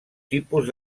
tipus